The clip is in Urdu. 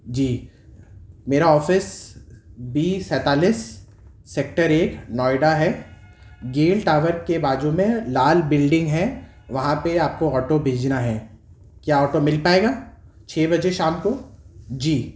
جی میرا آفس بی سینتالیس سیکٹر اے نو ئیڈا ہے گیل ٹاور کے بازو میں لال بلڈنگ ہے وہاں پہ آپ کو آٹو بھیجنا ہے کیا آٹو مل پائے گا چھ بجے شام کو جی